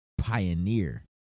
pioneer